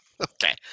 Okay